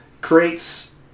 creates